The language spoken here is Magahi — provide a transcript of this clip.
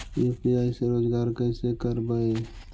यु.पी.आई से रोजगार कैसे करबय?